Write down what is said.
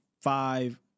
five